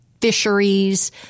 fisheries